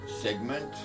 segment